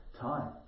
time